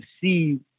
see